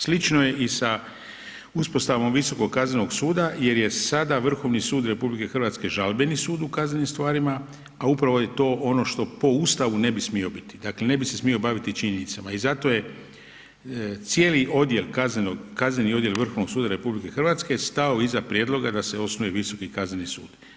Slično je i sa uspostavom Visokog kaznenog suda jer je sada Vrhovni sud RH žalbeni sud u kaznenim stvarima a upravo je to ono što po Ustavu ne bio smio biti, dakle ne bi se smio baviti činjenicama i zato je cijeli kazneni odjel Vrhovnog suda RH, stao iza prijedloga da se osnuje Visoki kazneni sud.